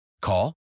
Call